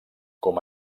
com